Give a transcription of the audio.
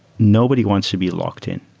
nobody wants to be locked in.